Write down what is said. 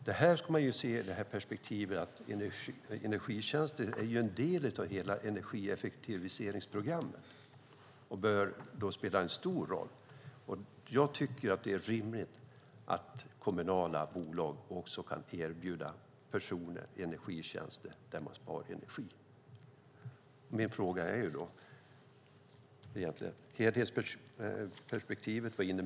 Detta ska ses i perspektivet att energitjänster är en del av hela energieffektiviseringsprogrammet och därmed bör spela en stor roll. Jag tycker då att det är rimligt att kommunala bolag också kan erbjuda personer energitjänster där de sparar energi. Mina frågor är: Vad innebär helhetsperspektivet?